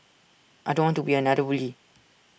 I don't want to be another bully